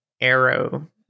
arrow